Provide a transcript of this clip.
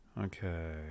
Okay